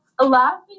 laughing